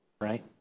right